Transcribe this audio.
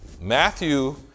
Matthew